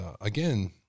again